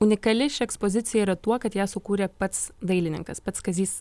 unikali ši ekspozicija yra tuo kad ją sukūrė pats dailininkas pats kazys